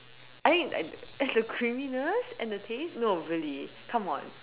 I mean like there's the creaminess and the taste no really come on